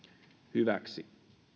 hyväksi